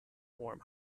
warm